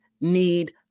need